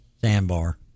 sandbar